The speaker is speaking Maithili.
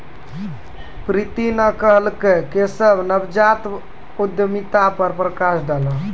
प्रीति न कहलकै केशव नवजात उद्यमिता पर प्रकाश डालौ